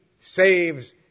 saves